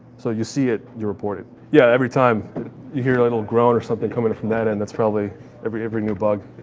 so you see it, you report it. yeah, every time you hear a little groan or something coming from that end, that's probably every every new bug.